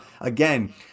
again